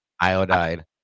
iodide